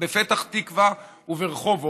בפתח תקווה וברחובות,